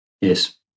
Yes